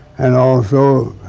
and also,